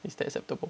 is that acceptable